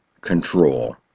control